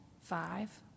Five